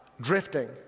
drifting